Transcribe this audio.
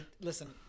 Listen